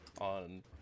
on